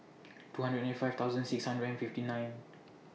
two hundred and ninety five thousand six hundred and fifty nine